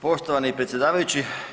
Poštovani predsjedavajući.